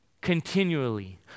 continually